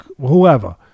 whoever